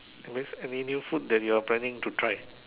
that means any new food you are planning to try